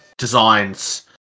Designs